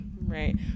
right